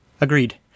Agreed